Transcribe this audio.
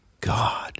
God